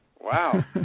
Wow